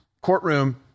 courtroom